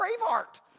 Braveheart